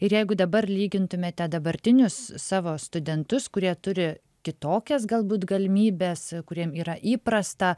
ir jeigu dabar lygintumėte dabartinius savo studentus kurie turi kitokias galbūt galimybes kuriem yra įprasta